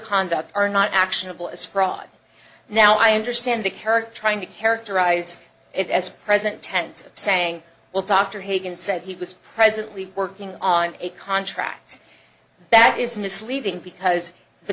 conduct are not actionable as fraud now i understand the character trying to characterize it as present tense saying well dr hagen said he was presently working on a contract that is misleading because the